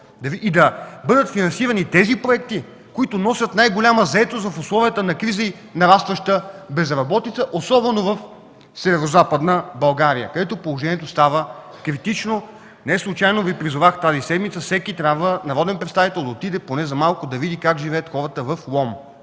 и да бъдат финансирани проектите, които носят най-голяма заетост в условията на криза и нарастваща безработица, особено в Северозападна България, където положението става критично. Неслучайно Ви призовах тази седмица всеки народен представител да отиде поне за малко и да види как живеят хората в Лом